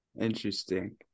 Interesting